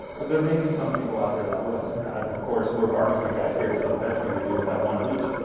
but there may be some people out there that would be, of course, we're barbecue guys here. so the best thing to do is have one of each,